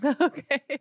Okay